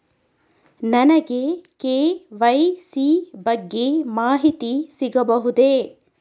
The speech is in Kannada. ನನಗೆ ಕೆ.ವೈ.ಸಿ ಬಗ್ಗೆ ಮಾಹಿತಿ ಸಿಗಬಹುದೇ?